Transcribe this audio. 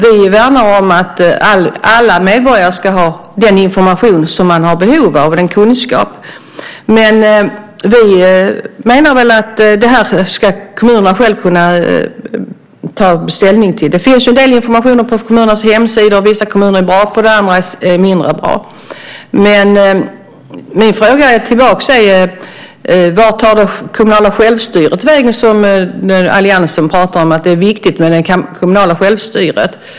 Vi värnar om att alla medborgare ska ha den information och den kunskap de har behov av, men vi menar att kommunerna själva ska kunna ta ställning till detta. Det finns en del information på kommunernas hemsidor. Vissa kommuner är bra på detta; andra är mindre bra. Min fråga tillbaka är: Vart tar det kommunala självstyret vägen? Alliansen pratar om att det är viktigt med det kommunala självstyret.